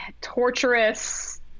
torturous